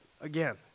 Again